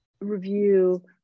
review